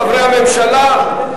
חברי הממשלה,